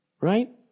Right